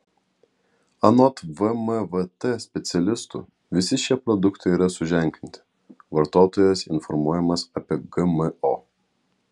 anot vmvt specialistų visi šie produktai yra suženklinti vartotojas informuojamas apie gmo